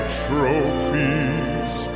trophies